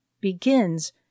begins